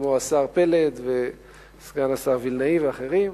כמו השר פלד וסגן השר וילנאי ואחרים.